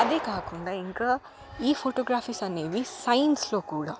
అది కాకుండా ఇంకా ఈ ఫొటోగ్రఫీస్ అనేవి సైన్స్లో కూడా